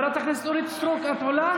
חברי הכנסת, חברת הכנסת אורית סטרוק, את עולה?